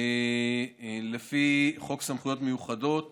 לפי חוק סמכויות מיוחדות